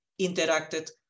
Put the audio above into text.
interacted